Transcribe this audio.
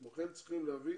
כמו כן צריכים להביא